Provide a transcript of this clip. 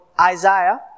Isaiah